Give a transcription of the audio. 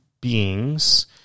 beings